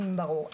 ברור,